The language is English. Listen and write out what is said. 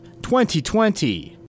2020